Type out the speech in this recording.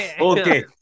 Okay